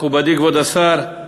מכובדי כבוד השר,